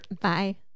Bye